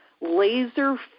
laser